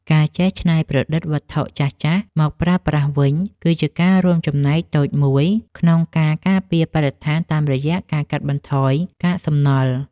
ការចេះច្នៃប្រឌិតវត្ថុចាស់ៗមកប្រើប្រាស់វិញ គឺជាការរួមចំណែកតូចមួយក្នុងការការពារបរិស្ថានតាមរយៈការកាត់បន្ថយកាកសំណល់។